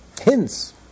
hints